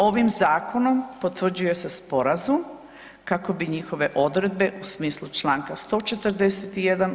Ovim zakonom potvrđuje se sporazum kako bi njihove odredbe u smislu čl. 141.